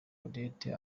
odette